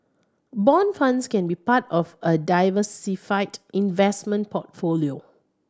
bond funds can be part of a diversified investment portfolio